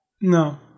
No